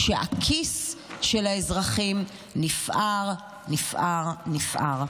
כשהכיס של האזרחים נפער, נפער, נפער.